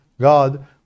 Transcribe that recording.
God